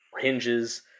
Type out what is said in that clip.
hinges